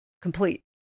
complete